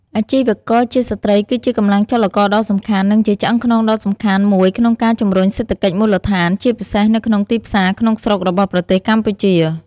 អាជីវករជាស្ត្រីគឺជាកម្លាំងចលករដ៏សំខាន់ និងជាឆ្អឹងខ្នងដ៏សំខាន់មួយក្នុងការជំរុញសេដ្ឋកិច្ចមូលដ្ឋាន ជាពិសេសនៅក្នុងទីផ្សារក្នុងស្រុករបស់ប្រទេសកម្ពុជា។